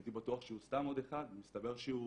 והייתי בטוח שהוא סתם עוד אחד מסתבר שהוא